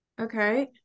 Okay